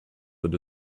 that